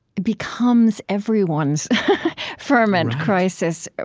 becomes everyone's ferment, crisis,